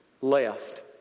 left